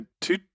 two